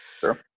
Sure